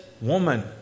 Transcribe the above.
woman